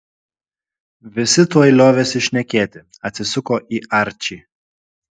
visi tuoj liovėsi šnekėti atsisuko į arčį